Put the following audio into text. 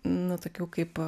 nu tokių kaip